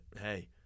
hey